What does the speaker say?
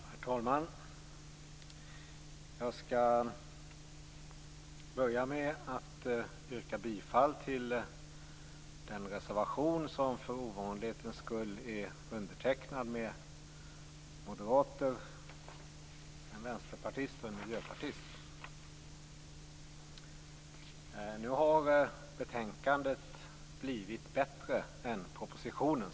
Herr talman! Jag skall börja med att yrka bifall till den reservation som för ovanlighetens skull är undertecknad av moderater, en vänsterpartist och en miljöpartist. Nu har betänkandet blivit bättre än propositionen.